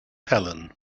helen